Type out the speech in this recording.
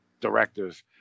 Directors